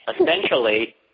essentially